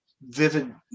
vivid